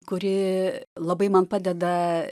kuri labai man padeda